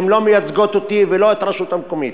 הן לא מייצגות אותי ולא את הרשות המקומית,